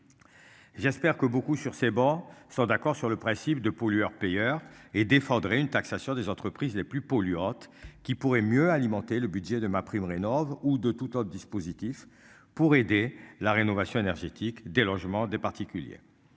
J'espère que beaucoup sur ces bancs sont d'accord sur le principe de pollueur payeur et défendraient une taxation des entreprises les plus polluantes qui pourrait mieux alimenter le budget de MaPrimeRénov'ou de toute autre dispositif pour aider la rénovation énergétique des logements des particuliers.